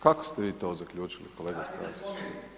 Kako ste vi to zaključili kolega Stazić?